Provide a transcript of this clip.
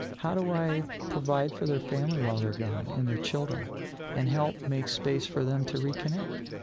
how do i provide for their family while they're gone and their children and help make space for them to reconnect?